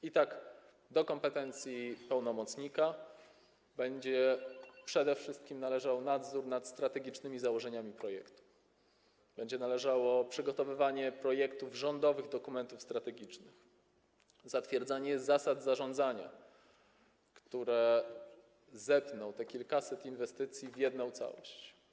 I tak do kompetencji pełnomocnika będzie należał przede wszystkim nadzór nad strategicznymi założeniami projektu, będzie należało przygotowywanie projektów rządowych dokumentów strategicznych, zatwierdzanie zasad zarządzania, które zepną te kilkaset inwestycji w jedną całość.